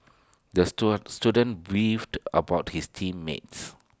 the stone student beefed about his team mates